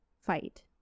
fight